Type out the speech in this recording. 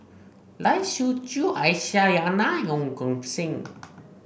Lai Siu Chiu Aisyah Lyana and Ong Kim Seng